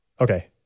okay